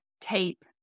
tape